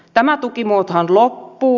tämä tukimuotohan loppuu